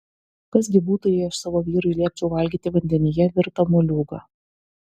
kas gi būtų jei aš savo vyrui liepčiau valgyti vandenyje virtą moliūgą